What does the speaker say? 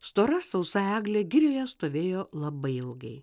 stora sausa eglė girioje stovėjo labai ilgai